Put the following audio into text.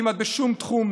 כמעט בשום תחום,